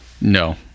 no